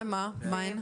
מה הן?